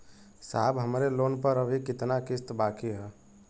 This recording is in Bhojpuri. साहब हमरे लोन पर अभी कितना किस्त बाकी ह?